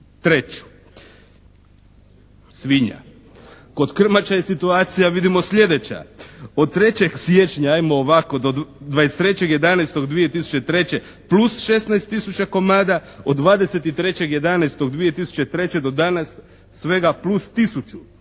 2003. Svinja. Kod krmača je situacija vidimo sljedeća. Od 3. siječnja ajmo ovako, do 23.11.2003. plus 16 tisuća komada, od 23.11.2003. do danas svega plus tisuću.